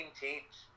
teams